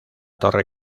torre